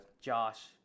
Josh